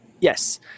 Yes